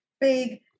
big